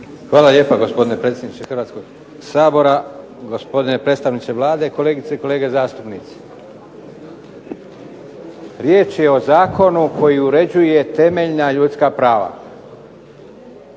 Hvala lijepa gospodine predsjedniče Hrvatskog sabora, gospodine predstavniče Vlade, kolegice i kolege zastupnici. Riječ je o zakonu koji uređuje temeljna ljudska prava,